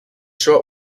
short